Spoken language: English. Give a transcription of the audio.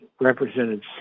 represented